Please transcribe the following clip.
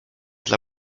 dla